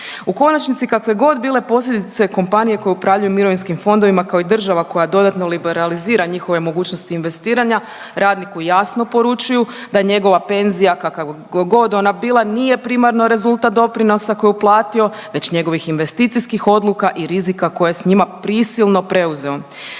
U konačnici kakve god bile posljedice kompanije koje upravljaju mirovinskim fondovima, kao i država koja dodatno liberalizira njihove mogućnosti investiranja radniku jasno poručuju da je njegova penzija kakva god ona bila nije primarno rezultat doprinosa koju je uplatio već njegovih investicijskih odluka i rizika koje je s njima prisilno preuzeo.